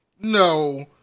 No